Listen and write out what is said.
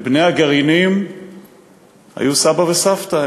לבני הגרעינים היו סבא וסבתא,